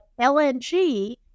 LNG